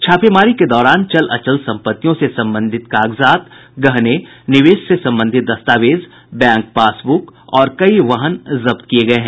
छापेमारी के दौरान चल अचल संपत्तियों से संबंधित कागजात गहने निवेश से संबंधित दस्तावेज बैंक पासबुक और कई वाहन जब्त किये गये हैं